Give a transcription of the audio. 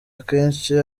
akenshi